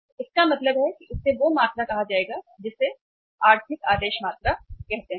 तो इसका मतलब है कि इसे वह मात्रा कहा जाएगा जिसे आर्थिक आदेश मात्रा कहा जाता है